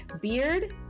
Beard